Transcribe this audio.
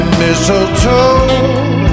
mistletoe